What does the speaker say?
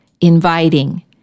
inviting